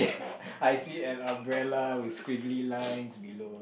I see an umbrella with squiggly lines below